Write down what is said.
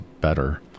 better